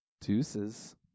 Deuces